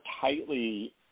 tightly